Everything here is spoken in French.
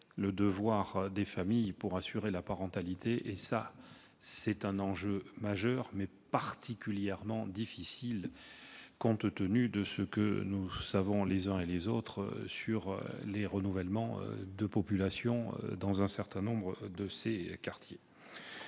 le devoir des familles pour assurer la parentalité : c'est un enjeu majeur mais particulièrement difficile, compte tenu de ce que nous savons sur les renouvellements de population dans un certain nombre de ces quartiers.